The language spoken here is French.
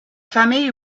famille